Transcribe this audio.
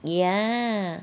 ya